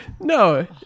No